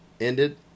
ended